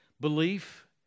Belief